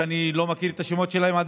אני עדיין לא מכיר את השמות שלהם.